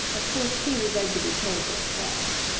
of course peter begged to be told where it was.